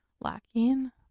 lacking